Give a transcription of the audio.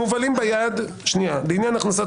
אז אנחנו אומרים "כשמובלים ביד לעניין הכנסת